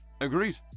Agreed